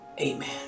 Amen